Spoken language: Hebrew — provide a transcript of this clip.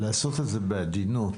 לעשות את זה בעדינות.